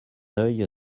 œil